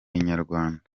inyarwanda